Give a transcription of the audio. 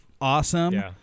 awesome